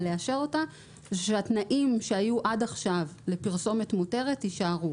לאשר אותה זה שהתנאים שהיו עכשיו לפרסומת מותרת יישארו.